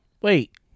Wait